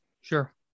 Sure